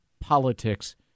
politics